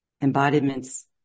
embodiments